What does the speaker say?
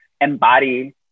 embody